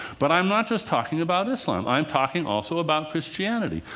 but i'm not just talking about islam. i'm talking also about christianity.